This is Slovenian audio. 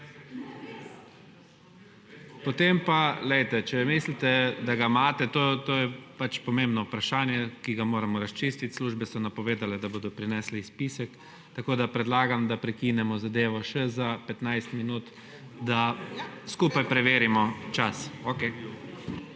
dobili izpisek. Če mislite, da ga imate, je to pomembno vprašanje, ki ga moramo razčistiti. Službe so napovedale, da bodo prinesle izpisek, tako da predlagam, da prekinemo zadevo še za 15 minut, da skupaj preverimo čas.